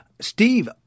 Steve